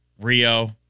Rio